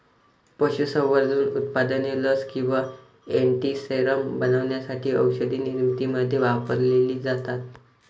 पशुसंवर्धन उत्पादने लस किंवा अँटीसेरम बनवण्यासाठी औषधनिर्मितीमध्ये वापरलेली जातात